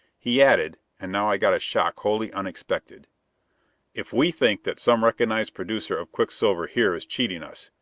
he added and now i got a shock wholly unexpected if we think that some recognized producer of quicksilver here is cheating us,